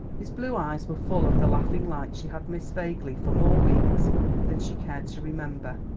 his blue eyes were full of the laughing light she had missed vaguely for more weeks than she cared to remember.